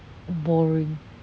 boring